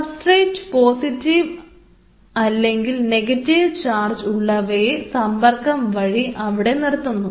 സബ്സ്ട്രെറ്റ positive അല്ലെങ്കിൽ negative charge ഉള്ളവയെ സമ്പർക്കം വഴി അവിടെ നിർത്തുന്നു